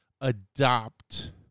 adopt